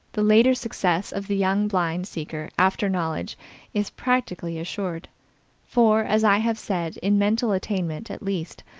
the later success of the young blind seeker after knowledge is practically assured for, as i have said, in mental attainment, at least,